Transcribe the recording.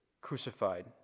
crucified